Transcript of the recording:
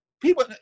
People